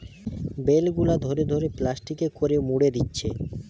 bell গুলা ধরে ধরে প্লাস্টিকে করে মুড়ে দিচ্ছে